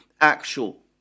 actual